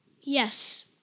Yes